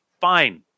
fine